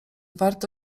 warto